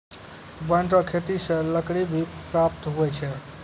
वन रो खेती से लकड़ी भी प्राप्त हुवै छै